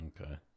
Okay